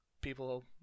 people